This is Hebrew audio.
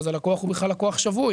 הלקוח הוא בכלל לקוח שבוי,